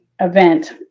event